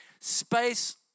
space